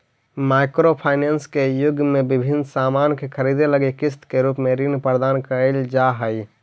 micro finance के युग में विभिन्न सामान के खरीदे लगी किस्त के रूप में ऋण प्रदान कईल जा हई